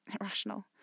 irrational